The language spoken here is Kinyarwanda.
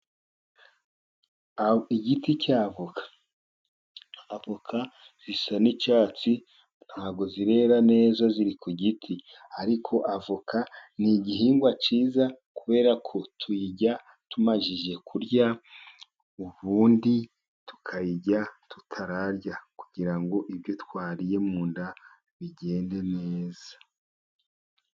Igiti cya avoka. Avoka zisa n'icyatsi ntabwo zirera neza ziri ku giti ariko avoka ni igihingwa cyiza, kubera ko tuyirya tumaze kurya, ubundi tukayirya tutararya kugira ngo ibyo twariye mu nda bigende neza.